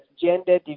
gender